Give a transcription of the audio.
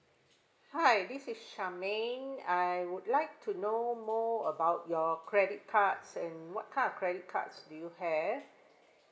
hi this is charmaine I would like to know more know about your credit cards and what type of credit cards do you have